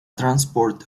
transport